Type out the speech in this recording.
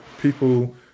people